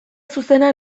zuzena